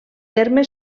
terme